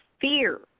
fear